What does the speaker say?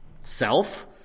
Self